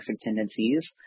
tendencies